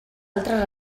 altres